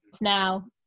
now